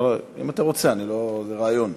אם אתה רוצה, זה רעיון.